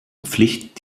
pflicht